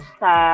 sa